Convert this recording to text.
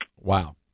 Wow